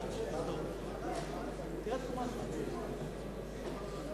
ציבורי בשנות המס 2009 ו-2010) (הוראת שעה),